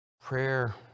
Prayer